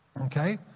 Okay